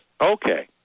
okay